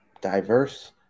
diverse